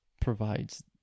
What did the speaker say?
provides